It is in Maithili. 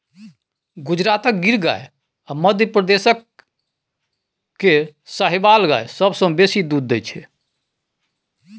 गुजरातक गिर गाय आ मध्यप्रदेश केर साहिबाल गाय सबसँ बेसी दुध दैत छै